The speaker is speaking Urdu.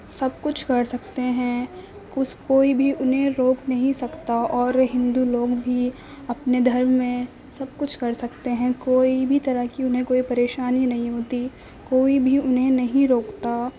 سب کچھ کر سکتے ہیں کچھ کوئی بھی انہیں روک نہیں سکتا اور ہندو لوگ بھی اپنے دھرم میں سب کچھ کر سکتے ہیں کوئی بھی طرح کی انہیں کوئی پریشانی نہیں ہوتی کوئی بھی انہیں نہیں روکتا